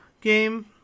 game